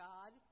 God